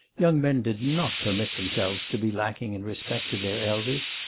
young men did not permit themselves to be lacking in respect to their elders.